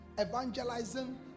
evangelizing